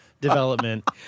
development